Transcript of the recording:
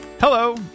Hello